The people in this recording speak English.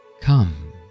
Come